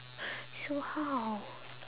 so how